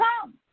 come